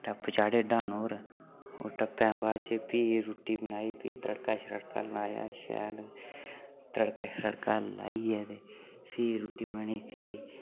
टप्प चाढ़े डाह्नै पर होर टप्पैं बाद'च फ्ही रुट्टी बनाई फ्ही तड़का शड़का लाया शैल तड़का शड़का लाइयै ते फ्ही रुट्टी बनी फ्ही